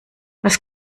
was